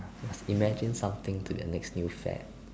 imagine something to the next new fad